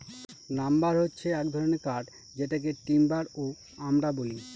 lumber হছে এক ধরনের কাঠ যেটাকে টিম্বার ও আমরা বলি